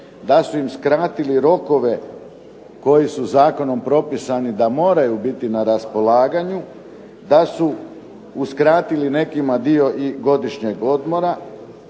da su im skratili rokove koji su zakonom propisani da moraju biti na raspolaganju, da su uskratili nekima dio i godišnjeg odmora